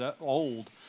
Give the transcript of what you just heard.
old